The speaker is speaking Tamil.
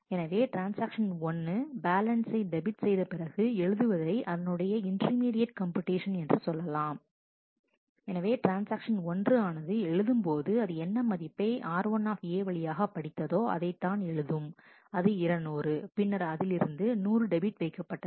எனவே ட்ரான்ஸ்ஆக்ஷன் 1 பேலன்ஸை டெபிட் செய்தபிறகு எழுதுவதை அதனுடைய இன்டர்மீடியட் கம்புடேஷன் என்று சொல்லலாம் எனவே ட்ரான்ஸ்ஆக்ஷன் 1 ஆனது எழுதும்போது அது என்ன மதிப்பை r1 வழியாக படித்ததோ அதைத்தான் எழுதும் அது 200 பின்னர் அதிலிருந்து 100 டெபிட் வைக்கப்பட்டது